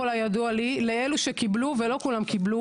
אם לא די בחידלון הזה,